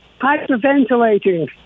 hyperventilating